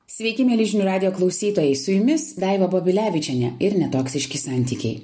sveiki mieli žinių radijo klausytojai su jumis daiva babilevičienė ir netoksiški santykiai